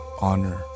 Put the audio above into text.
honor